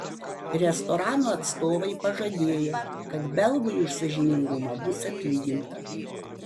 restorano atstovai pažadėjo kad belgui už sąžiningumą bus atlyginta